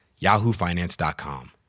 yahoofinance.com